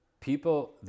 people